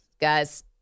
guys